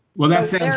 well, that sounds